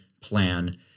plan